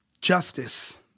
Justice